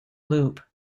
loop